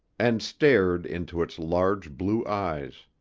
and stared into its large blue eyes.